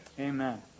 Amen